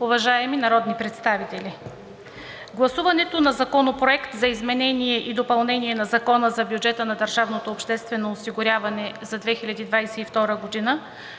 уважаеми народни представители! Гласуването на Законопроекта за изменение и допълнение на Закона за бюджета на държавното обществено осигуряване за 2022 г.